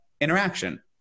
interaction